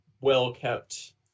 well-kept